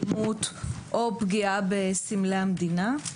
אלימות או פגיעה בסמלי המדינה.